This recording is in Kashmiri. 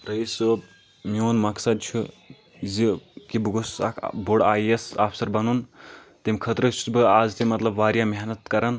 رعیٖس صٲب میون مقصد چھُ زِ کہِ بہٕ گوٚژھُس اَکھ بوٚڈ آیۍ اے ایس آفسَر بَنُن تَمہِ خٲطرٕ حظ چھُس بہٕ اَز تِہ مطلب واریاہ محنَت کَران